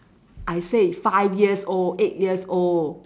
I said if five years old eight years old